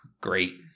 great